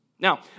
Now